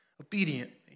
obediently